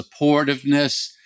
supportiveness